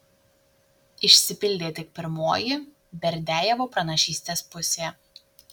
išsipildė tik pirmoji berdiajevo pranašystės pusė